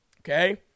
Okay